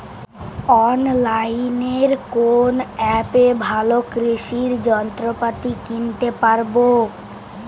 অনলাইনের কোন অ্যাপে ভালো কৃষির যন্ত্রপাতি কিনতে পারবো?